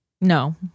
No